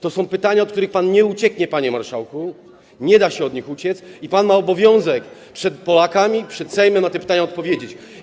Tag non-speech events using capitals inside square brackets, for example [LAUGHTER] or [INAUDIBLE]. To są pytania, od których pan nie ucieknie, panie marszałku, nie da się od nich uciec i pan ma obowiązek [NOISE] przed Polakami, przed Sejmem na te pytania odpowiedzieć.